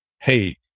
hey